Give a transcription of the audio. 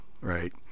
right